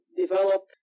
develop